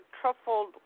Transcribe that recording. truffled